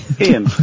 Ian